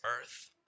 earth